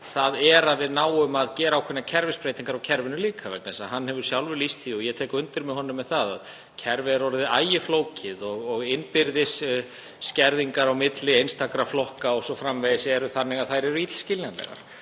að við náum að gera ákveðnar kerfisbreytingar á kerfinu líka. Hann hefur sjálfur lýst því, og ég tek undir með honum með það, að kerfið er orðið ægiflókið og innbyrðis skerðingar á milli einstakra flokka o.s.frv. eru þannig að þær eru illskiljanlegar.